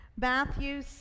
Matthew